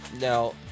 Now